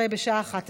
עבדתי קשה בשביל זה.